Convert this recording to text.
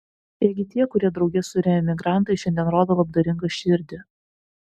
ėgi tie kurie drauge su reemigrantais šiandien rodo labdaringą širdį